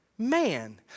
man